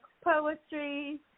Poetry